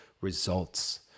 results